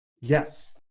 Yes